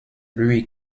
lui